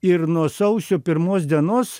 ir nuo sausio pirmos dienos